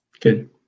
good